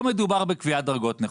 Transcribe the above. פה מדובר בקביעת דרגות נכות,